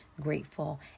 grateful